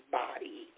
body